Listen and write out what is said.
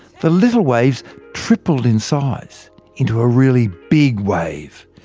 the little waves tripled in size into a really big wave.